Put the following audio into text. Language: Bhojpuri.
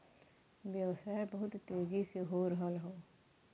व्यवसाय बहुत तेजी से हो रहल हौ